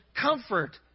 comfort